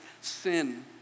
sin